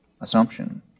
assumption